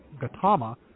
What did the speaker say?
Gautama